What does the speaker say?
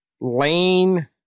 Lane